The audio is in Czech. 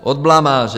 Od blamáže.